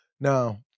Now